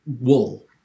wool